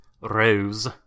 Rose